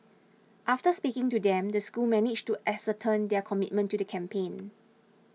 after speaking to them the school managed to ascertain their commitment to the campaign